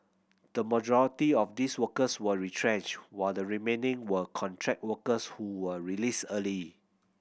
the majority of these workers were retrenched while the remaining were contract workers who were released early